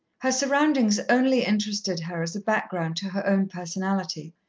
her surroundings only interested her as a background to her own personality,